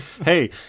Hey